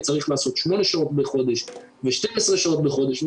צריך לעשות שמונה שעות בחודש ו-12 שעות בחודש.